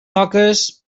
toques